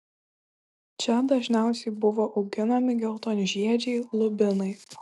čia dažniausiai buvo auginami geltonžiedžiai lubinai